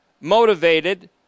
motivated